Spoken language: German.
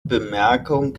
bemerkung